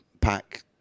pack